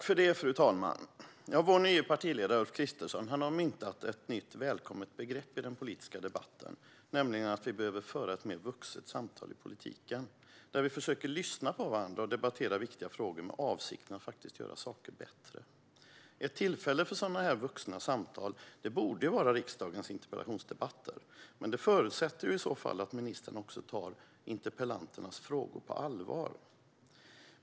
Fru talman! Vår nye partiledare Ulf Kristersson har myntat ett nytt välkommet begrepp i den politiska debatten, nämligen att vi behöver föra ett mer vuxet samtal i politiken där vi försöker lyssna på varandra och debattera viktiga frågor med avsikt att faktiskt göra saker. Ett tillfälle för sådana vuxna samtal borde vara riksdagens interpellationsdebatter, men det förutsätter i så fall att ministern tar interpellanternas frågor på allvar.